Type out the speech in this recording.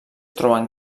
troben